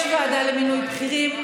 יש ועדה למינוי בכירים.